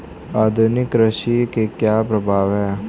आधुनिक कृषि के क्या प्रभाव हैं?